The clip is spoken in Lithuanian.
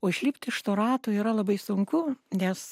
o išlipti iš to rato yra labai sunku nes